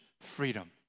freedom